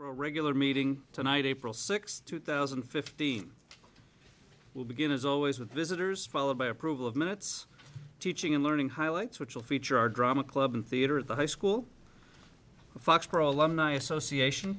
regular meeting tonight april sixth two thousand and fifteen will begin as always with visitors followed by approval of minutes teaching and learning highlights which will feature our drama club and theater at the high school